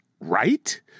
right